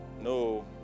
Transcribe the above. no